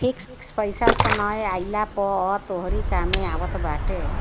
fix पईसा समय आईला पअ तोहरी कामे आवत बाटे